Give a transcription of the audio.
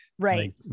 Right